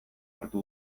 hartu